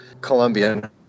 Colombian